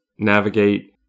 navigate